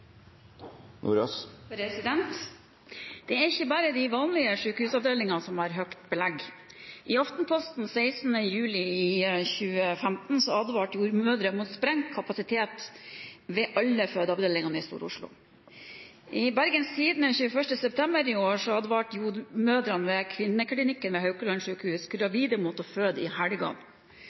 Det er ikke bare de vanlige sykehusavdelingene som har høyt belegg. I Aftenposten 16. juli i 2015 advarte jordmødre om sprengt kapasitet ved alle fødeavdelingene i Stor-Oslo. I Bergens Tidende 21. september i år advarte jordmødrene ved Kvinneklinikken ved Haukeland universitetssjukehus gravide mot å føde i